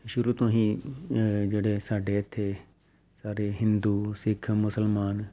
ਸ਼ੁਰੂ ਤੋਂ ਹੀ ਜਿਹੜੇ ਸਾਡੇ ਇੱਥੇ ਸਾਰੇ ਹਿੰਦੂ ਸਿੱਖ ਮੁਸਲਮਾਨ